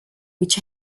which